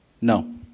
No